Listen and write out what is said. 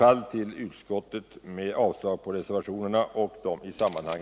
Energiforskning,